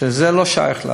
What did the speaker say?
וזה לא שייך: